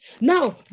Now